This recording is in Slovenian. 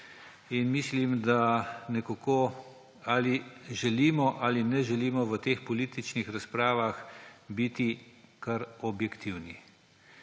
in mislim, da nekako ali želimo ali ne želimo v teh političnih razpravah biti kar objektivni.